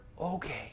Okay